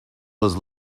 was